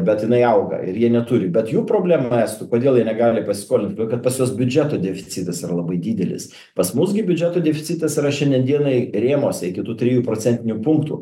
bet jinai auga ir jie neturi bet jų problema estų kodėl jie negali pasiskolint kad pas juos biudžeto deficitas yra labai didelis pas mus gi biudžeto deficitas yra šiandien dienai rėmuose iki tų trijų procentinių punktų